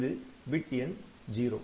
இது பிட் எண் '0'